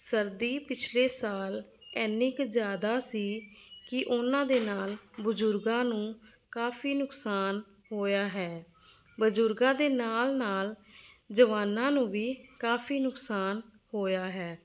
ਸਰਦੀ ਪਿਛਲੇ ਸਾਲ ਇੰਨੀ ਕੁ ਜ਼ਿਆਦਾ ਸੀ ਕਿ ਉਹਨਾਂ ਦੇ ਨਾਲ ਬਜ਼ੁਰਗਾਂ ਨੂੰ ਕਾਫੀ ਨੁਕਸਾਨ ਹੋਇਆ ਹੈ ਬਜ਼ੁਰਗਾਂ ਦੇ ਨਾਲ ਨਾਲ ਜਵਾਨਾਂ ਨੂੰ ਵੀ ਕਾਫੀ ਨੁਕਸਾਨ ਹੋਇਆ ਹੈ